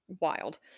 wild